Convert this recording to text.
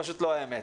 זה פשוט לא האמת.